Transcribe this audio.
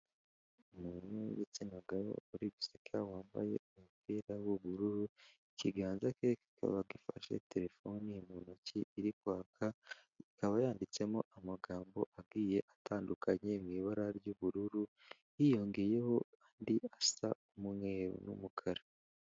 Umuntu w'igitsina gabo uri guseka wambaye umupira w'ubururu, ikiganza ke kikaba gifashe telefoni mu ntoki iri kwaka ikaba yanditsemo amagambo agiye atandukanye mu ibara ry'ubururu hiyongeyeho andi asa umweru n'umukara.